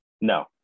No